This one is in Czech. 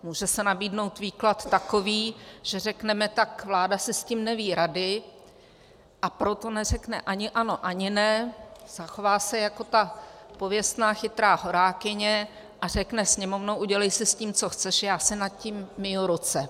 Může se nabídnout výklad takový, že řekneme tak, vláda si s tím neví rady, a proto neřekne ani ano, ani ne, zachová se jako ta pověstná chytrá horákyně a řekne Sněmovno, udělej si s tím, co chceš, já si nad tím myji ruce.